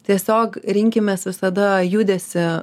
tiesiog rinkimės visada judesį